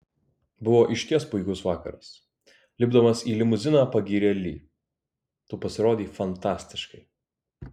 buvo išties puikus vakaras lipdamas į limuziną pagyrė li tu pasirodei fantastiškai